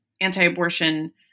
anti-abortion